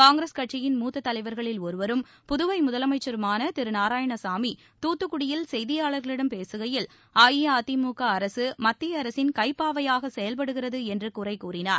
காங்கிரஸ் கட்சியின் மூத்த தலைவா்களில் ஒருவரும் புதுவை முதலமைச்சருமான திரு நாராயணசாமி தூத்துக்குடியில் செய்தியாளர்களிடம் பேசுகையில் அஇஅதிமுக அரசு மத்திய அரசின் கைப்பாவையாக செயல்படுகிறது என்று குறை கூறினார்